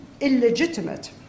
illegitimate